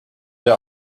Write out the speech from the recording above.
der